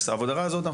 העבירה הזאת,